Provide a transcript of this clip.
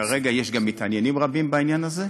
וכרגע יש גם מתעניינים רבים בעניין הזה.